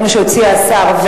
כמו שהציע השר,